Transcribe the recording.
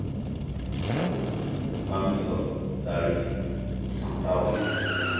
ᱢᱤᱫᱴᱮᱱ ᱵᱟᱝ ᱧᱮᱞᱚᱜ ᱫᱟᱲᱮ ᱥᱟᱢᱴᱟᱣ ᱞᱟᱹᱜᱤᱫ